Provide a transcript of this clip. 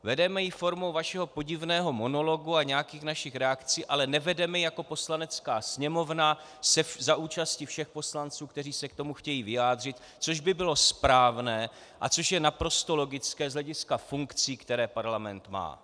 Vedeme ji formou vašeho podivného monologu a nějakých našich reakcí, ale nevedeme ji jako Poslanecká sněmovna za účasti všech poslanců, kteří se k tomu chtějí vyjádřit, což by bylo správné a což je naprosto logické z hlediska funkcí, které Parlament má.